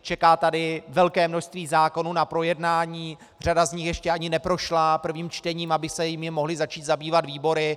Čeká zde velké množství zákonů na projednání, řada z nich ještě ani neprošla prvním čtením, aby se jimi mohly začít zabývat výbory.